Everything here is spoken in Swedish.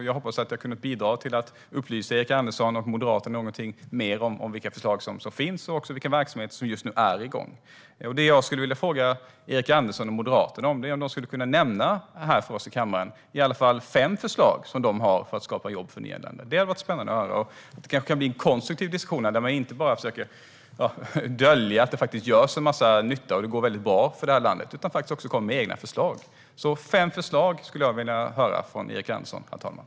Jag hoppas att jag kunde bidra till att upplysa Erik Andersson och Moderaterna något mer om vilka förslag som finns och vilken verksamhet som just nu pågår. Det jag skulle vilja fråga Erik Andersson och Moderaterna är om de för oss här i kammaren skulle kunna nämna i alla fall fem förslag de har för att skapa jobb för nyanlända. Det hade varit spännande att höra. Kanske kan det bli en konstruktiv diskussion där man inte bara försöker dölja att det faktiskt görs en massa nytta och går väldigt bra för det här landet utan också kommer med egna förslag. Så fem förslag skulle jag vilja höra från Erik Andersson, herr talman.